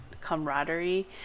camaraderie